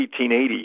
1880